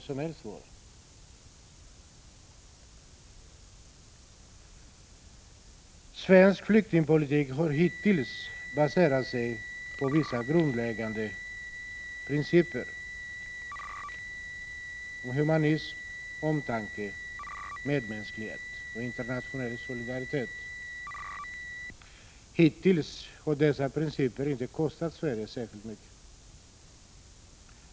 Svensk flyktingpolitik har hittills baserats på vissa grundläggande principer om humanism, omtanke, medmänsklighet och internationell solidaritet. Hittills har dessa principer inte kostat Sverige särskilt mycket.